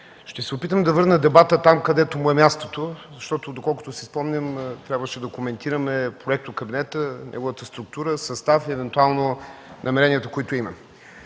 Ще се опитам да върна дебата там, където му е мястото, защото, доколкото си спомням, трябваше да коментираме проектокабинета, неговата структура, състав и евентуално намеренията, които има.